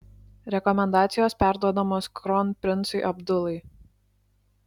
rekomendacijos perduodamos kronprincui abdulai